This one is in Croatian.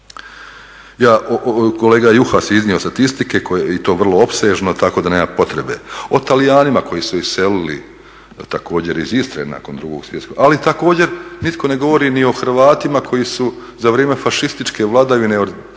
rata. Kolega Juhas je iznio statistike i to vrlo opsežno, tako da nema potrebe. O Talijanima koji su iselili također iz Istre nakon Drugog svjetskog rata, ali također nitko ne govori ni o Hrvatima koji su za vrijeme fašističke vladavine